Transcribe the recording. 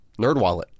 NerdWallet